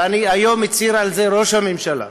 והיום הצהיר על זה ראש הממשלה,